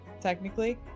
Technically